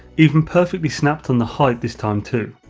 even perfectly snapped on the height this time to.